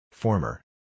Former